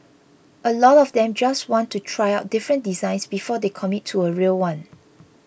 a lot of them just want to try out different designs before they commit to a real one